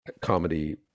comedy